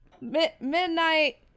Midnight